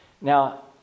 Now